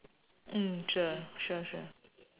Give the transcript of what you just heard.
mm sure sure sure